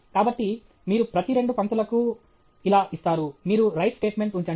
కాబట్టి మీరు ప్రతి రెండు పంక్తులకు ఇలా ఇస్తారు మీరు రైట్ స్టేట్మెంట్ ఉంచండి